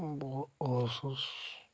بہٕ اوسُس